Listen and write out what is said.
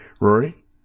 Rory